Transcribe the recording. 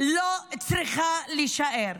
לא צריכה להישאר.